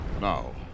Now